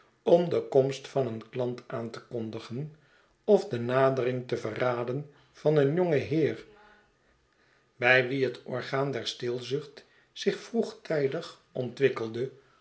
om de komst van een klant aan te kondigen of de nadering te verraden van een jongen heer bij wien het orgaan der steelzucht zich vroegtijdig ontwikkelde